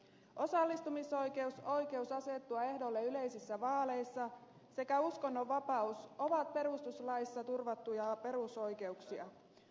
osallistumisoikeus oikeus asettua ehdolle yleisissä vaaleissa sekä uskonnonvapaus ovat perustuslaissa turvattuja perusoikeuksia